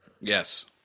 Yes